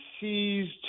seized